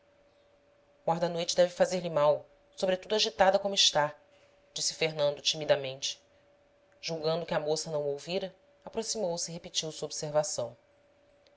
noite deve fazer-lhe mal sobretudo agitada como está disse fernando timidamente julgando que a moça não o ouvira aproximou-se e repetiu sua observação